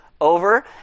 Over